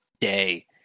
day